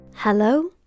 Hello